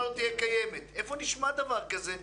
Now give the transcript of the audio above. איפה נשמע דבר כזה?